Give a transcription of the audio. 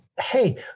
hey